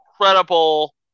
incredible